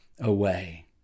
away